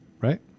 right